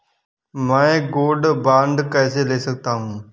मैं gold bond कैसे ले सकता हूँ?